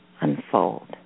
unfold